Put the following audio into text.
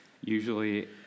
usually